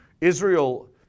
Israel